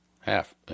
half